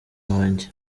wanjye